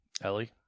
Ellie